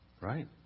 Right